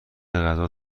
غذا